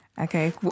Okay